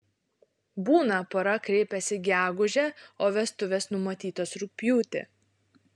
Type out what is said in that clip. būna pora kreipiasi gegužę o vestuvės numatytos rugpjūtį